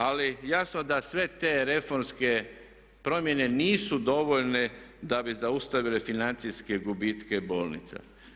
Ali jasno da sve te reformske promjene nisu dovoljne da bi zaustavile financijske gubitke bolnica.